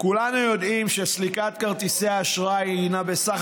כולנו יודעים שסליקת כרטיסי האשראי הינה בסך